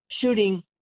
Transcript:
shooting